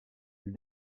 elle